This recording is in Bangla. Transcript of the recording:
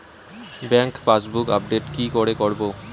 ব্যাংক পাসবুক আপডেট কি করে করবো?